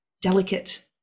delicate